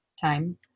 time